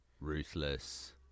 ruthless